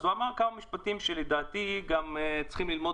אז הוא אמר כמה משפטים שלדעתי צריכים ללמוד